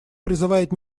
призывает